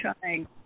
trying